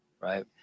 right